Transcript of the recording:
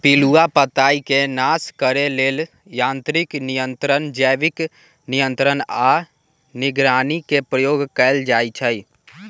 पिलुआ पताईके नाश करे लेल यांत्रिक नियंत्रण, जैविक नियंत्रण आऽ निगरानी के प्रयोग कएल जाइ छइ